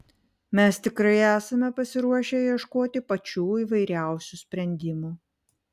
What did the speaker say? mes tikrai esame pasiruošę ieškoti pačių įvairiausių sprendimų